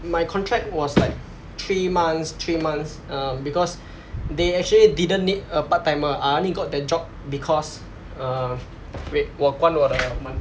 my contract was like three months three months um because they actually didn't need a part timer I only got that job because err wait 我关我的 mic